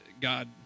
God